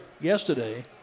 yesterday